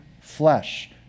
flesh